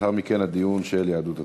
לאחר מכן, הדיון של יהדות התורה.